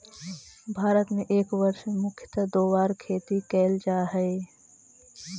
भारत में एक वर्ष में मुख्यतः दो बार खेती कैल जा हइ